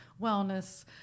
wellness